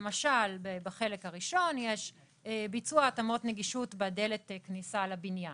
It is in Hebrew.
בחלק הראשון למשל יש ביצוע התאמות נגישות בדלת כניסה לבניין,